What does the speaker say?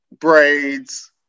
braids